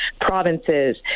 provinces